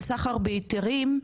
של סחר בהיתרים,